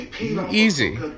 Easy